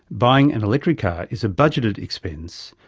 buying an electric car is a budgeted expense,